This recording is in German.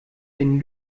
den